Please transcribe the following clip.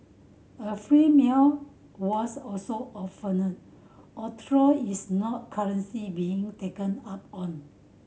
a free meal was also offered although it's not currency being taken up on